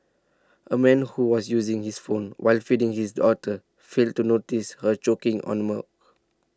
a man who was using his phone while feeding his daughter failed to notice her choking on the milk